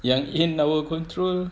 yang in our control